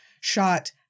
shot